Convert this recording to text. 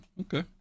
Okay